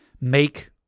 make